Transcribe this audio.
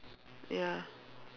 ya